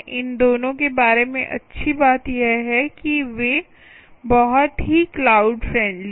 इन दोनों के बारे में अच्छी बात यह है कि वे बहुत ही क्लाउड फ्रेंडली हैं